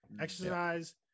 Exercise